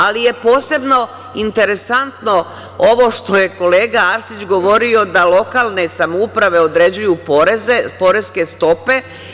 Ali, posebno je interesantno ovo što je kolega Arsić govorio da lokalne samouprave određuju poreze, poreske stope.